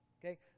okay